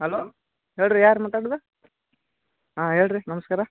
hello ಹೇಳಿರಿ ಯಾರು ಮಾತಾಡೋದು ಹಾಂ ಹೇಳಿರಿ ನಮಸ್ಕಾರ